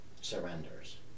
surrenders